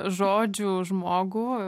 žodžių žmogų